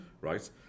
right